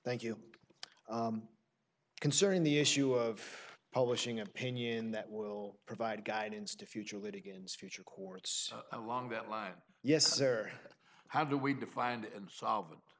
thank you concerning the issue of publishing opinion that will provide guidance to future litigants future courts along that line yes or how do we define and solvent